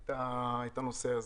את הנושא הזה.